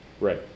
Right